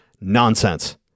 Nonsense